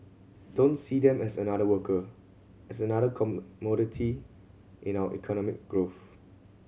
don't see them as another worker as another commodity in our economic growth